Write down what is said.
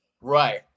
Right